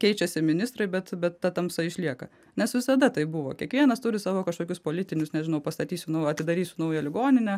keičiasi ministrai bet bet ta tamsa išlieka nes visada taip buvo kiekvienas turi savo kažkokius politinius nežinau pastatysiu naują atidarysiu naują ligoninę